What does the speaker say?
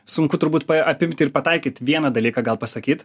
sunku turbūt apimti ir pataikyt vieną dalyką gal pasakyt